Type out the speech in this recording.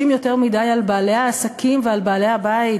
יותר מדי על בעלי העסקים ועל בעלי הבית,